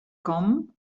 kommen